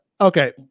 Okay